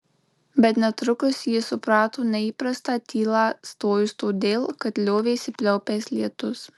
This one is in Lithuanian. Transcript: bet netrukus ji suprato neįprastą tylą stojus todėl kad liovėsi pliaupęs lietus